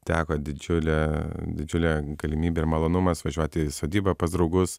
teko didžiulė didžiulė galimybė malonumas važiuoti į sodybą pas draugus